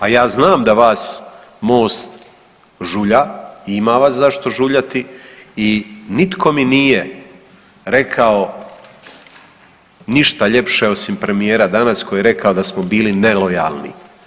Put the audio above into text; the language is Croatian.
A ja znam da vas MOST žulja i ima vas zašto žuljati i nitko mi nije rekao ništa ljepše od premijera danas koji je rekao da smo bili nelojalni.